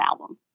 album